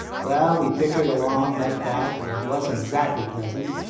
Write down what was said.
well, we bickered along like that and it wasn't exactly pleasant,